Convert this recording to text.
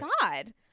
God